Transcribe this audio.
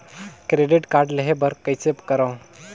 Credit card लेहे बर कइसे करव?